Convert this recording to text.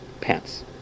pants